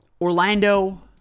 Orlando